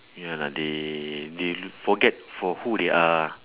ya lah they they forget for who they are